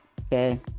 okay